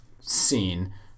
scene